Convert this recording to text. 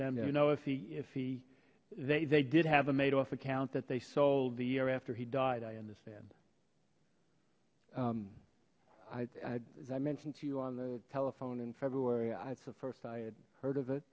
them you know if he if he they they did have a madoff account that they sold the year after he died i understand i as i mentioned to you on the telephone in february is the first i had heard of it